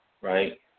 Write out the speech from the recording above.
right